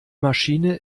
maschine